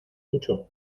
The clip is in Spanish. mucho